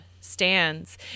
Stands